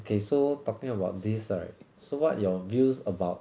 okay so talking about this right so what your views about